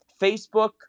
Facebook